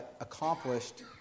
accomplished